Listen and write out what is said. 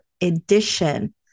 edition